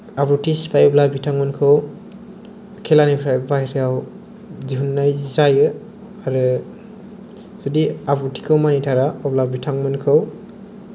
आब्रुथि सिफायोब्ला बिथांमोनखौ खेलानिफ्राय बायह्रायाव दिहुननाय जायो आरो जुदि आब्रुथिखौ मानिथारा अब्ला बिथांमोनखौ